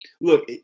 Look